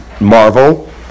Marvel